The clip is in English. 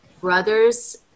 brother's